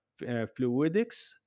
fluidics